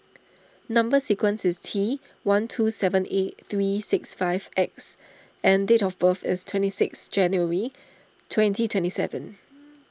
Number Sequence is T one two seven eight three six five X and date of birth is twenty six January twenty twenty seven